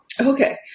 Okay